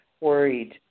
worried